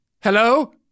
Hello